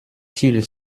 thiel